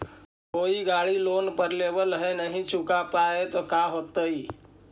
कोई गाड़ी लोन पर लेबल है नही चुका पाए तो का होतई?